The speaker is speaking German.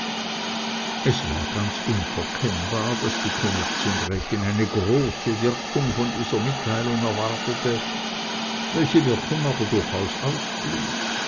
es war ganz unverkennbar daß die kommerzienrätin eine große wirkung von dieser mitteilung erwartete welche wirkung aber durchaus ausblieb